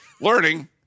learning